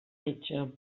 metge